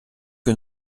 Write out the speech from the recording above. que